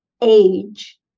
age